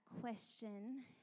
question